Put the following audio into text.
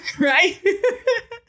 right